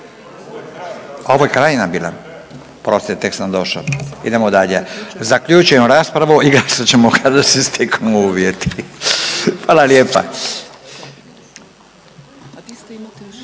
Ovo je krajnja bila. Oprostite, tek sam doš'o. idemo dalje. Zaključujem raspravu i glasat ćemo kada se steknu uvjeti. **Jandroković,